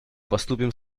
поступим